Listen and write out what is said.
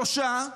שלושה,